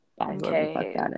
Okay